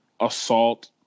assault